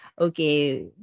okay